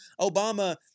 Obama